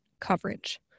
coverage